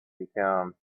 become